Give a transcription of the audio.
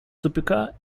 тупика